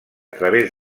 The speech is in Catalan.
través